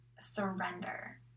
surrender